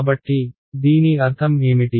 కాబట్టి దీని అర్థం ఏమిటి